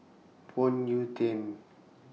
Phoon Yew Tien